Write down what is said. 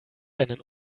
einen